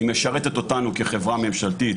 היא משרתת אותנו כחברה ממשלתית, כחברה העסקית.